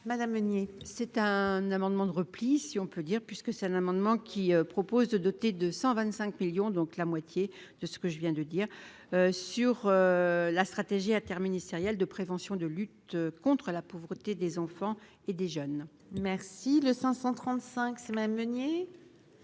madame Meunier c'est. Un amendement de repli si on peut dire, puisque c'est un amendement qui propose de doter de 125 millions donc la moitié de ce que je viens de dire, sur la stratégie interministériel de prévention de lutte contre la pauvreté des enfants et des jeunes. Merci le cent cent 35, c'est ma Meunier